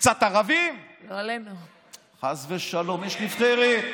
אבא שלי עבד 30 שנה במפעלי שער הנגב.